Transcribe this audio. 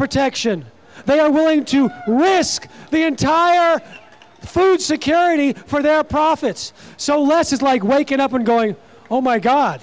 protection they are willing to risk the entire food security for their profits so less is like waking up and going oh my god